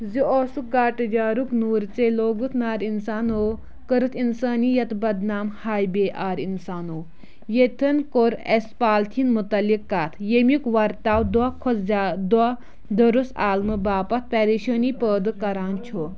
زِ اوس گاٹہٕ جارُک نوٗر ژےٚ لوگُت نار اِنسانو کٔرٕتھ اِنسٲنی یتہٕ بدنام ہاے بے آرو ییٚتٮ۪ن کوٚر اَسہِ پالتھِن مُتعلِق کتھ ییٚمیُک ورتاو دۄہ کھۄتہٕ زیا دۄہ درُس عالمہٕ باپتھ پریشٲنی پٲدٕ کران چھُ